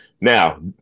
Now